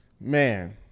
Man